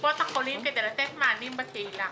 לקופות החולים כדי לתת מענים בקהילה.